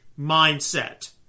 mindset